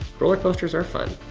roller coasters are fun.